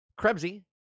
Krebsy